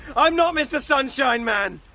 um not mr sunshine man!